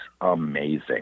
amazing